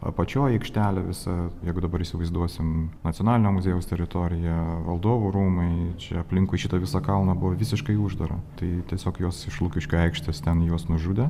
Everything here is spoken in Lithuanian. apačioj aikštelė visa jeigu dabar įsivaizduosim nacionalinio muziejaus teritoriją valdovų rūmai čia aplinkui šitą visą kalną buvo visiškai uždara tai tiesiog juos iš lukiškių aikštės ten juos nužudė